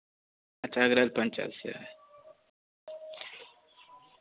अच्छा अगरैल पंचायत से है